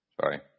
Sorry